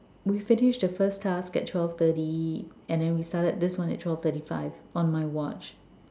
we finished the first half at twelve thirty and then we started this one at twelve thirty five on my watch